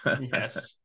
Yes